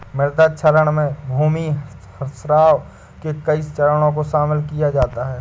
मृदा क्षरण में भूमिह्रास के कई चरणों को शामिल किया जाता है